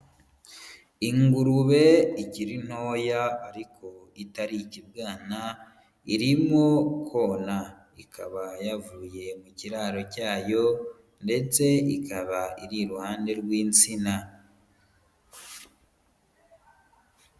Ingurube ikiri ntoya ariko itari ikibwana, irimo kona. Ikaba yavuye mu kiraro cyayo, ndetse ikaba iri iruhande rw'insina.